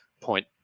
point